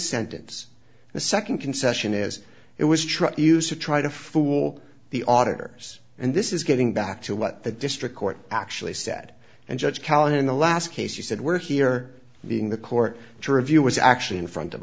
sentence the second concession is it was trying to use to try to fool the auditor and this is getting back to what the district court actually said and judge callan in the last case she said we're here being the court to review was actually in front of